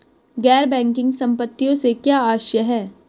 गैर बैंकिंग संपत्तियों से क्या आशय है?